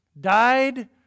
died